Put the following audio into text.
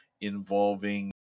involving